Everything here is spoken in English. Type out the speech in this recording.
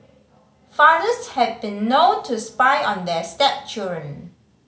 fathers have been known to spy on their stepchildren